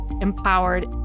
empowered